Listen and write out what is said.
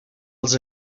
els